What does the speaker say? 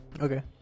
Okay